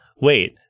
Wait